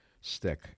stick